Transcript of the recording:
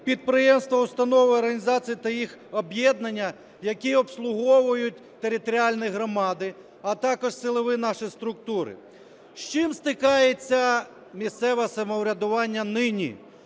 підприємства, установи, організації та їх об'єднання, які обслуговують територіальні громади, а також силові наші структури. З чим стикається місцеве самоврядування нині?